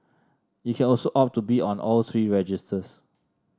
you can also opt to be on all three registers